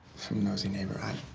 some nosey neighbor. i